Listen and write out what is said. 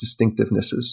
distinctivenesses